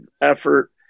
effort